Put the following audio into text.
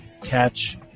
catch